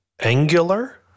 angular